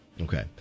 Okay